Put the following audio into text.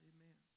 Amen